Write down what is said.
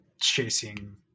chasing